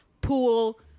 pool